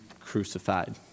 crucified